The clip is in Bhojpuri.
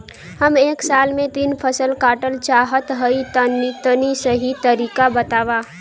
हम एक साल में तीन फसल काटल चाहत हइं तनि सही तरीका बतावा?